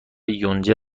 یونجه